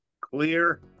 clear